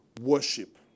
worship